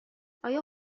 آیا